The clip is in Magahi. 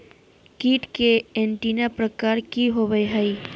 कीट के एंटीना प्रकार कि होवय हैय?